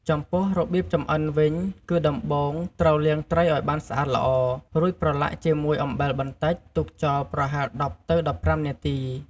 ចំពោះរបៀបចម្អិនវិញគឺដំបូងត្រូវ លាងត្រីឱ្យបានស្អាតល្អ រួចប្រឡាក់ជាមួយអំបិលបន្តិច ទុកចោលប្រហែល ១០ទៅ១៥ នាទី។